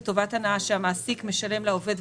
בטובת הנאה שהמעסיק משלם לעובד,